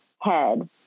head